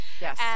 Yes